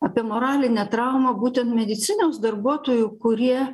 apie moralinę traumą būtent medicinos darbuotojų kurie